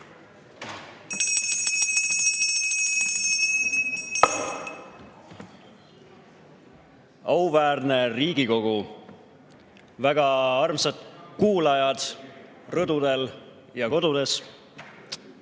Auväärne Riigikogu! Väga armsad kuulajad rõdudel ja kodudes!